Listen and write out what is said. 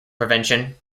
prevention